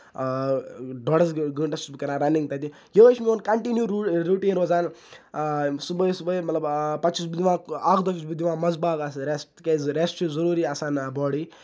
دوٚڑس گٲنٹَس چھُس بہٕ کران رَنِگ تَتہِ یِہوے چھُ میون کنٹِنیو روٚٹیٖن روزان صبُحٲے صبُحٲے مطلب پَتہٕ چھُس بہٕ دِوان اکھ دۄہ چھُس بہٕ دِوان منٛز باغ آسہِ ریٚسٹ تِکیازِ ریٚسٹ چھُ ضروٗری آسان اتھ باڈی